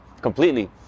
completely